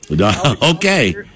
Okay